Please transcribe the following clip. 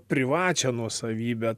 privačią nuosavybę